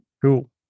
Cool